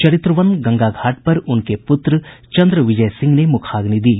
चरित्रवन गंगा घाट पर उनके पुत्र चन्द्रविजय सिंह ने मुखाग्नि दी